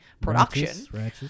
production